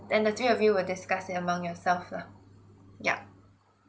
then the three of you will discuss among yourself yeah